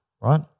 Right